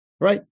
Right